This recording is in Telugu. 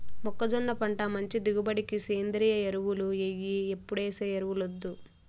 మొక్కజొన్న పంట మంచి దిగుబడికి సేంద్రియ ఎరువులు ఎయ్యి ఎప్పుడేసే ఎరువులొద్దు